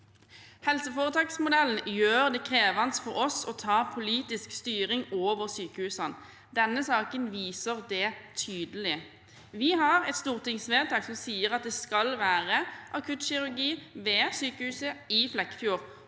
Helseforetaksmodellen gjør det krevende for oss å ta politisk styring over sykehusene. Denne saken viser det tydelig. Vi har et stortingsvedtak som sier at det skal være akuttkirurgi ved sykehuset i Flekkefjord,